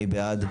מי בעד?